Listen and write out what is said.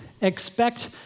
expect